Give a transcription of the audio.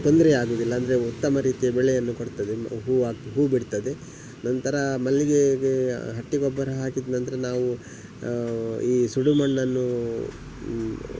ತೊಂದರೆಯಾಗೋದಿಲ್ಲ ಅಂದರೆ ಉತ್ತಮ ರೀತಿಯ ಬೆಳೆಯನ್ನು ಕೊಡ್ತದೆ ಹೂ ಆಗ ಹೂವು ಬಿಡ್ತದೆ ನಂತರ ಮಲ್ಲಿಗೆಗೆ ಹಟ್ಟಿಗೊಬ್ಬರ ಹಾಕಿದ ನಂತರ ನಾವು ಈ ಸುಡುಮಣ್ಣನ್ನೂ